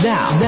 Now